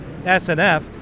SNF